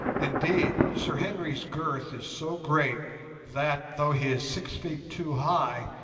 indeed, sir henry's girth is so great that, though he is six feet two high,